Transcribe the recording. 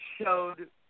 showed